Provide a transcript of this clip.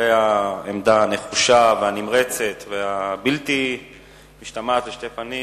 לולא העמדה הנחושה והנמרצת והבלתי-משתמעת לשני פנים,